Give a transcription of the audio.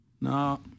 No